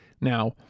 Now